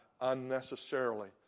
unnecessarily